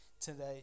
today